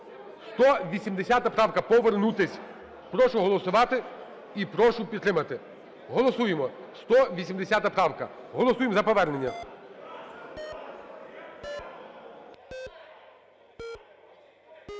180 правка, повернутись. Прошу голосувати і прошу підтримати. Голосуємо, 180 правка, голосуємо за повернення.